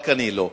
רק אני לא,